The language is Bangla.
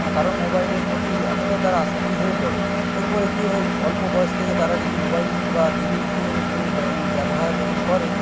কারণ মোবাইলের প্রতি এতটাই তারা আসক্ত হয়ে পড়ে এরপরে কি হয় অল্প বয়স থেকেই তারা যদি মোবাইল বা টিভির ব্যবহার করে